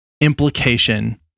implication